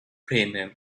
premium